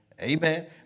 Amen